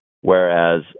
whereas